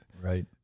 right